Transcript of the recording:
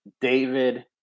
david